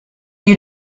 you